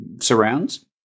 surrounds